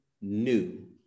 new